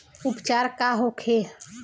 उपचार का होखे?